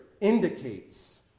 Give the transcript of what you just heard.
indicates